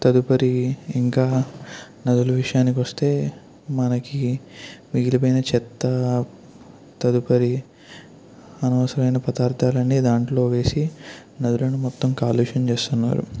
తదుపరి ఇంకా నదులు విషయానికొస్తే మనకి మిగిలిపోయిన చెత్త తదుపరి అనవసరమైన పదార్ధలు అన్నీ దాంట్లో వేసి నదులను మొత్తం కాలుష్యం చేస్తున్నారు